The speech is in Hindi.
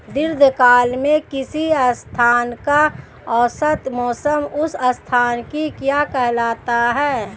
दीर्घकाल में किसी स्थान का औसत मौसम उस स्थान की क्या कहलाता है?